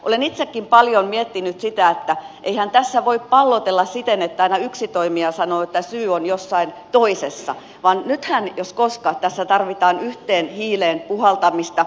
olen itsekin paljon miettinyt sitä että eihän tässä voi pallotella siten että aina yksi toimija sanoo että syy on jossain toisessa vaan nythän jos koskaan tässä tarvitaan yhteen hiileen puhaltamista